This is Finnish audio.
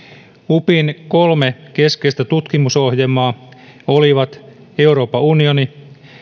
upin kolme keskeistä tutkimusohjelmaa olivat euroopan unioni